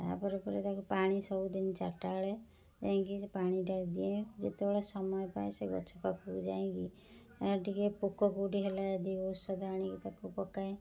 ତା' ପରେ ପରେ ତାକୁ ପାଣି ସବୁଦିନ ଚାରିଟା ବେଳେ ଯାଇ କି ପାଣିଟି ଦିଏ ଯେତେବେଳେ ସମୟ ପାଏ ସେ ଗଛ ପାଖକୁ ଯାଇକି ଟିକିଏ ପୋକ କେଉଁଠି ହେଲା ଦିଏ ଔଷଧ ଆଣି ତାକୁ ପକାଏ